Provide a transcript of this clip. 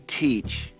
teach